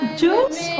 juice